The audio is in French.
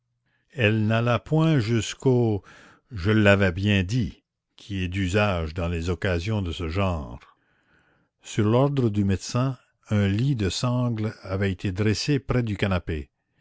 elle n'alla point jusqu'au je l'avais bien dit qui est d'usage dans les occasions de ce genre sur l'ordre du médecin un lit de sangle avait été dressé près du canapé